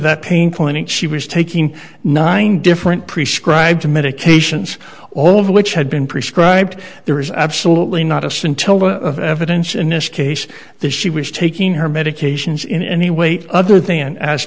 that pain point she was taking nine different prescribed medications all of which had been prescribed there is absolutely not a scintilla of evidence in this case that she was taking her medications in any weight other than as